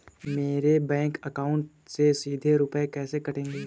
मेरे bank account से सीधे रुपए कैसे कटेंगे?